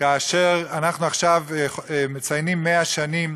כאשר אנחנו עכשיו מציינים 100 שנים